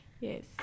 Yes